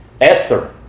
Esther